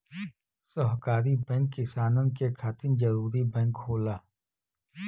सहकारी बैंक किसानन के खातिर जरूरी बैंक होला